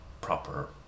proper